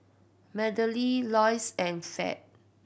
Madelene Loyce and Fed